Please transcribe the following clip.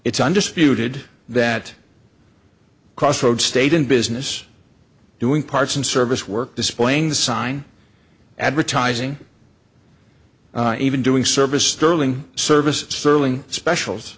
it's undisputed that cross road stayed in business doing parts and service work displaying the sign advertising even doing service sterling service serling specials